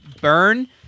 burn